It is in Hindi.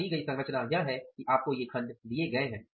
यहां दी गई संरचना यह है कि आपको ये खण्ड दिए गए हैं